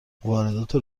واردات